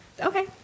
Okay